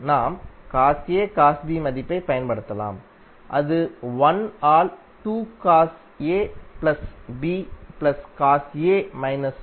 நாம் cos A cos B மதிப்பைப் பயன்படுத்தலாம் அது 1 ஆல் 2 cos A plus B plus cos A minus B